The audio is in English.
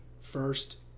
first